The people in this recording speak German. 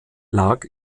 lag